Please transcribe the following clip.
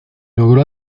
logró